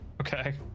Okay